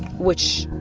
which